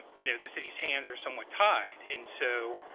you know, the city's hands are somewhat tied, and so,